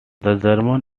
germans